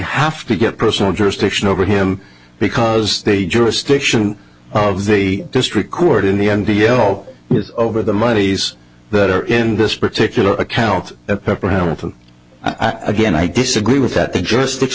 have to get personal jurisdiction over him because they jurisdiction of the district court in the n t l over the monies that are in this particular account pepper hamilton again i disagree with that the ju